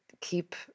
keep